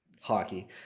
hockey